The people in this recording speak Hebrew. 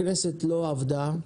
הכנסת לא עבדה,